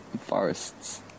Forests